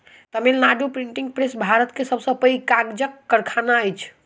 Tamil Nadu printing press Bharat के सब से पैघ कागजक कारखाना अछि